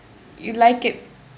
you like it